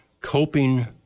coping